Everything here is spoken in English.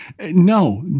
no